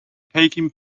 taking